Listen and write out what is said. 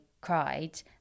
cried